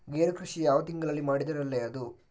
ಗೇರು ಕೃಷಿ ಯಾವ ತಿಂಗಳಲ್ಲಿ ಮಾಡಿದರೆ ಒಳ್ಳೆಯದು?